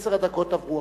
עשר הדקות עברו.